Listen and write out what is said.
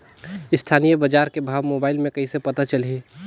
स्थानीय बजार के भाव मोबाइल मे कइसे पता चलही?